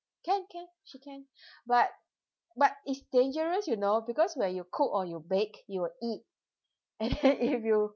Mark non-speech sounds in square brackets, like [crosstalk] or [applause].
can can she can but but it's dangerous you know because where you cook or you bake you will eat and then [laughs] if you